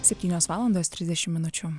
septynios valandos trisdešim minučių